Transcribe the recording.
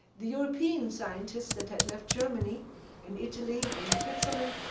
the european scientists that had left germany and italy and switzerland,